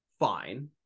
fine